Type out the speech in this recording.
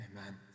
Amen